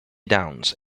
downs